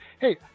Hey